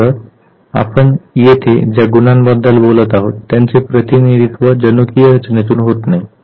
मात्र आपण येथे ज्या गुणाबद्दल बोलत आहोत त्याचे प्रतिनिधित्व जनुकीय रचनेतून होत नाही